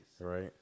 Right